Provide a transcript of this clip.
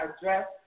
address